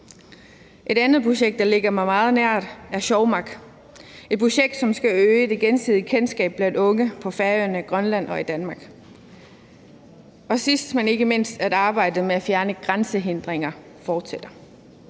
Et andet projekt, der ligger mig meget nær, er Sjómaq, et projekt, som skal øge det gensidige kendskab blandt unge på Færøerne, i Grønland og i Danmark. Sidst, men ikke mindst, fortsætter arbejdet med at fjerne grænsehindringer.